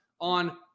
on